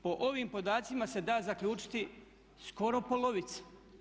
Po ovim podacima se da zaključiti skoro polovica.